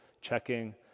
checking